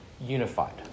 unified